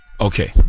Okay